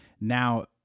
now